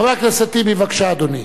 חבר הכנסת טיבי, בבקשה, אדוני.